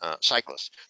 cyclists